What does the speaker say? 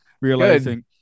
realizing